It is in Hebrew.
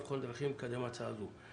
לבחון דרכים לקדם הודעה זאת.